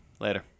Later